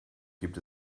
gibt